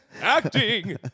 Acting